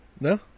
No